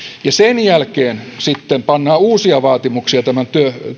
ja sen jälkeen pannaan uusia vaatimuksia tämän